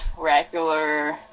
regular